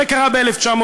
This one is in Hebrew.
זה קרה ב-1921.